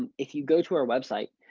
and if you go to our website.